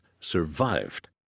survived